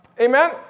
Amen